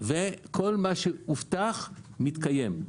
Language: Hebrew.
וכל מה שהובטח מתקיים.